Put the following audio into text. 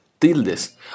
tildes